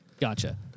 Gotcha